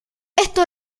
esto